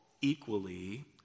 equally